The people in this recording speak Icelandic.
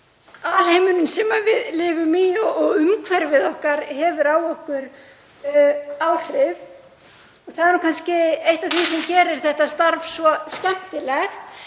heimurinn sem við lifum í og umhverfið okkar hefur á okkur áhrif. Það er nú kannski eitt af því sem gerir þetta starf svo skemmtilegt